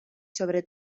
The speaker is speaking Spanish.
sobre